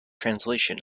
translation